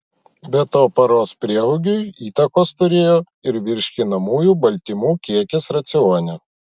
be to paros prieaugiui įtakos turėjo ir virškinamųjų baltymų kiekis racione